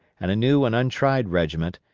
and a new and untried regiment,